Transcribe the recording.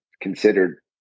considered